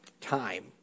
time